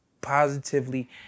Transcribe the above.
positively